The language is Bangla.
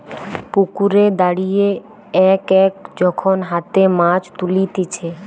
পুকুরে দাঁড়িয়ে এক এক যখন হাতে মাছ তুলতিছে